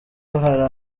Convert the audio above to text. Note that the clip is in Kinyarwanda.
hari